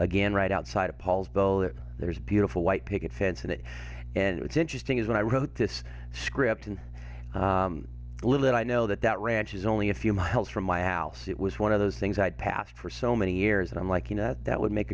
again right outside of paul's belive there's beautiful white picket fence in it and what's interesting is when i wrote this script and little i know that that ranch is only a few miles from my house it was one of those things i'd passed for so many years and i'm like you know that would make